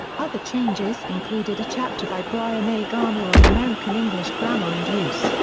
other changes included a chapter by bryan a. garner on american english grammar and use,